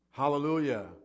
hallelujah